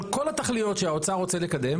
אבל כל התכליות שהאוצר רוצה לקדם